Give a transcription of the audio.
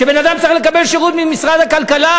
כשבן-אדם צריך לקבל שירות ממשרד הכלכלה,